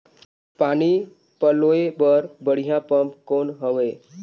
पानी पलोय बर बढ़िया पम्प कौन हवय?